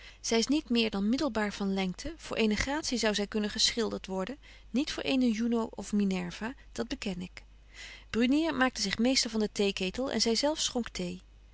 zy is niet meer dan middelbaar van lengte voor eene gratie zou zy kunnen geschildert worden niet voor eene juno of minerva dat beken ik brunier maakte zich meester van de theeketel en zy zelf schonk thee